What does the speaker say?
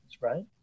right